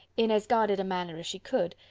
in as guarded a manner as she could,